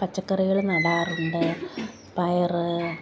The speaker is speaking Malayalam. പച്ചക്കറികൾ നടാറുണ്ട് പയർ